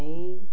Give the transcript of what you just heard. ଆାଇ